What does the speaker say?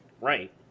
Right